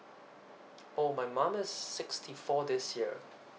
oh my mom is sixty four this year